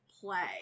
play